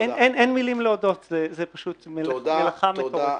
אין מילים להודות, זו הייתה פשוט מלאכה מטורפת.